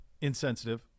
insensitive